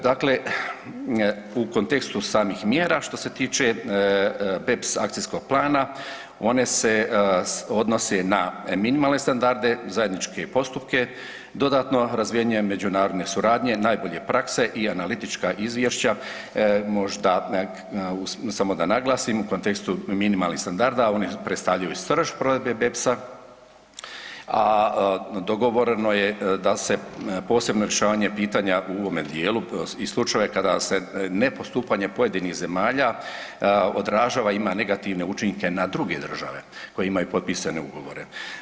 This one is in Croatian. Dakle, u kontekstu samih mjera što se tiče BEPS akcijskog plana one se odnose na minimalne standarde, zajedničke postupke, dodatno razvijanje međunarodne suradnje najbolje prakse i analitička izvješća, možda samo da naglasim u kontekstu minimalnih standarda oni predstavljaju srž provedbe BEPS-a, a dogovoreno je da se posebno rješavanje pitanja u ovome dijelu i slučajeva kada se ne postupanje pojedinih zemalja odražava, ima negativne učinke na druge države koje imaju potpisane ugovore.